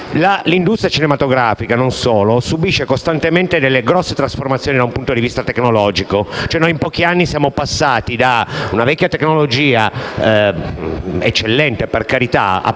L’industria cinematografica (e non solo) subisce costantemente grandi trasformazioni dal punto di vista tecnologico. In pochi anni siamo passati da una vecchia tecnologia (eccellente, per carità) che